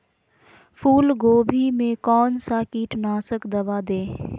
फूलगोभी में कौन सा कीटनाशक दवा दे?